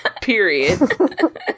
Period